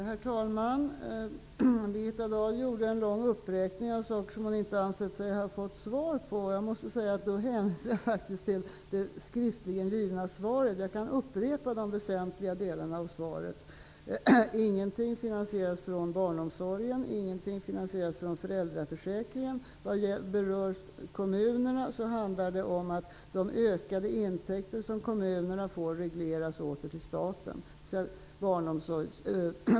Herr talman! Birgitta Dahl gjorde en lång uppräkning av frågor som hon inte ansett sig ha fått svar på. Då hänvisar jag till det svar som också givits skriftligen. Jag kan upprepa de väsentliga delarna i svaret. Ingenting finansieras från barnomsorgen. Ingenting finansieras från föräldraförsäkringen. Vad gäller kommunerna handlar det om att de ökade intäkter som kommunerna får regleras åter till staten.